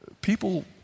people